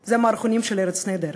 היא המערכונים של "ארץ נהדרת".